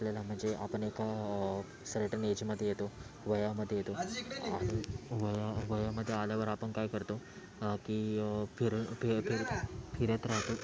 आपल्याला म्हणजे आपण एका सर्टन एजमध्ये येतो वयामध्ये येतो वया वयामध्ये आल्यावर आपण काय करतो की फिर फिर फिरत राहतो